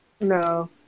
No